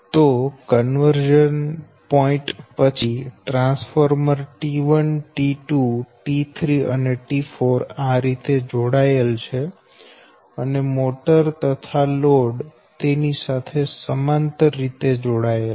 તો conversion point પછી transformers T1 T2 T3 અને T4 આ રીતે જોડાયેલ છે અને મોટર તથા લોડ તેની સાથે સમાંતર રીતે જોડાયેલ છે